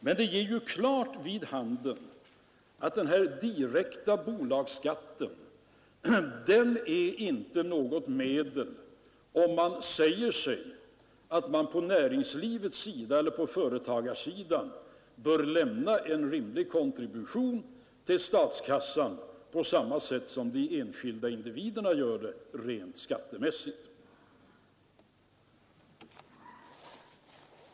Men den ger ju klart vid handen att den direkta bolagsskatten är inte något medel, om man säger sig att näringslivet eller företagarsidan bör lämna en rimlig kontribution till statskassan på samma sätt som de enskilda individerna gör det rent skattemässigt.